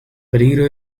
peligro